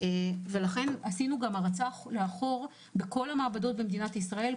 לכן עשינו הרצה לאחור בכל המעבדות בישראל,